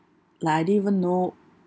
like I didn't even know